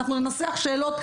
אנחנו ננסח שאלות,